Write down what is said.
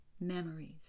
memories